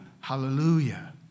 hallelujah